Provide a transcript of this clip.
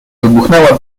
wybuchnęła